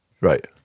Right